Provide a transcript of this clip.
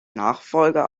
nachfolger